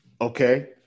Okay